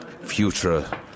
future